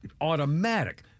automatic